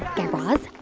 guy raz,